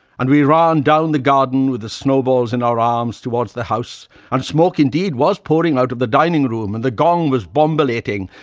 and we ran down the garden, with the snowballs in our arms, toward the house and smoke, indeed, was pouring out of the dining-room, and the gong was bombilating,